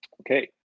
Okay